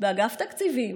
באגף התקציבים,